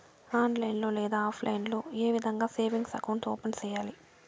online లో లేదా offline లో ఏ విధంగా సేవింగ్ అకౌంట్ ఓపెన్ సేయాలి